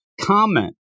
comment